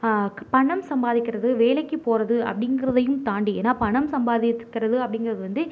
பணம் சம்பாதிக்கிறது வேலைக்குப் போறது அப்படிங்கிறதையும் தாண்டி ஏன்னா பணம் சம்பாதிக்கிறது அப்படிங்கிறது வந்து